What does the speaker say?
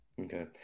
Okay